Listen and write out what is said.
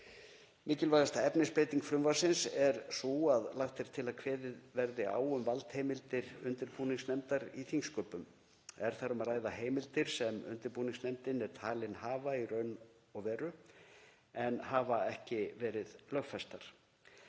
Mikilvægasta efnisbreyting frumvarpsins er sú að lagt er til að kveðið verði á um valdheimildir undirbúningsnefndar í þingsköpum. Er þar um að ræða heimildir sem undirbúningsnefndin er talin hafa í raun og veru en hafa ekki verið lögfestar.